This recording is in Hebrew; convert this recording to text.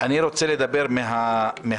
אני רוצה לדבר מהפן